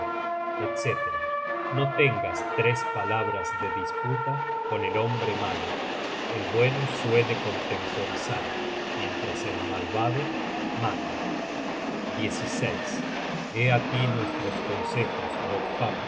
etc no tengas tres palabras de disputa con el hombre malo el bueno suele contemporizar mientras el malvado mata hé aquí nuestros consejos